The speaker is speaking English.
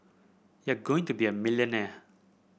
you're going to be a millionaire